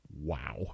Wow